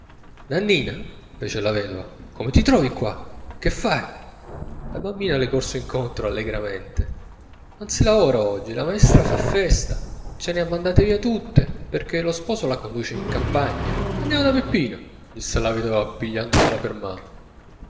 nannina fece la vedova come ti trovi qui che fai la bambina le corse incontro allegramente non si lavora oggi la maestra fa festa ce ne ha mandate via tutte perchè lo sposo la conduce in campagna andiamo da peppino disse la vedova pigliandosela per mano